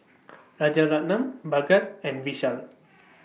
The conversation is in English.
Rajaratnam Bhagat and Vishal